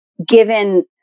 Given